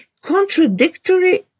contradictory